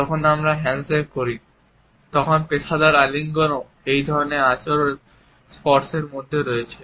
তখন আমরা হ্যান্ডশেক করি তখন পেশাদার আলিঙ্গনগুলিও এই ধরণের বাধ্যতামূলক স্পর্শের মধ্যে রয়েছে